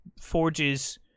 forges